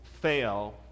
fail